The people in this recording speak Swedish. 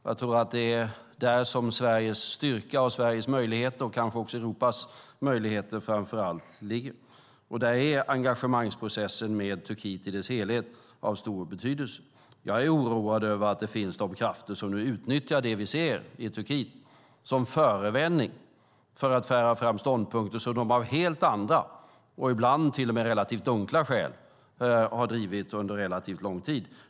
Jag tror att det är där som Sveriges styrka, Sveriges möjligheter och kanske också Europas möjligheter framför allt ligger. Där är engagemangsprocessen med Turkiet i dess helhet av stor betydelse. Jag är oroad över att det finns krafter som nu utnyttjar det vi ser i Turkiet som förevändning för att föra fram ståndpunkter som de av helt andra och ibland till och med relativt dunkla skäl har drivit under en relativt lång tid.